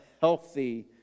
healthy